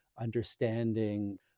understanding